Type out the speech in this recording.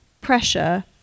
pressure